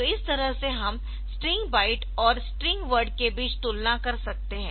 तो इस तरह से हम स्ट्रिंग बाइट और स्ट्रिंग वर्डके बीच तुलना कर सकते है